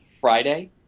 Friday